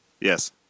Yes